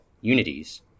unities